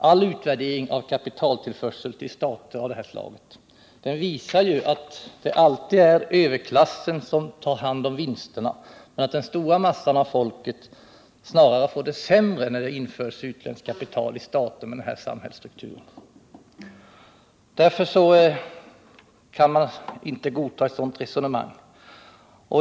All utvärdering av tillförsel av utländskt kapital till stater med den här samhällsstrukturen visar att det alltid är överklassen som tar hand om vinsterna, medan den stora massan av folket snarare får det sämre. Därför kan jag inte godta handelsministerns resonemang.